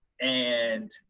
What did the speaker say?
And-